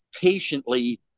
patiently